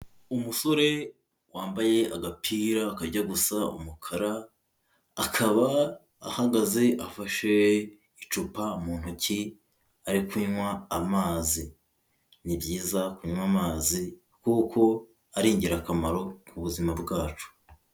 Umusore wambaye agapira kajya gusa umukara akaba ahagaze afashe icupa mu ntoki arikunywa amazi. Ni byiza kunywa amazi kuko ari ingirakamaro ku buzima bwacu.